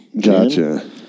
gotcha